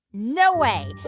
no way.